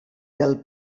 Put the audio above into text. del